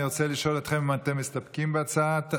אני רוצה לשאול אתכם אם אתם מסתפקים בהודעת